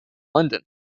london